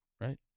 Right